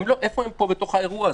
איפה הם באירוע הזה?